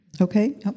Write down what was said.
Okay